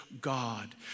God